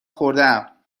خوردهام